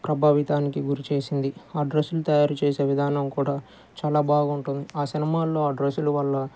ప్రభావితానికి గురి చేసింది ఆ డ్రస్సులు తయారు చేసే విధానం కూడా చాలా బాగుంటుంది ఆ సినిమాల్లో ఆ డ్రస్సులు వల్ల